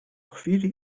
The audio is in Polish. chwili